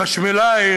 החשמלאי,